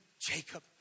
Jacob